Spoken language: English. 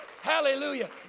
Hallelujah